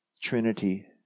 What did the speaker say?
trinity